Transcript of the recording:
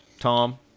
Tom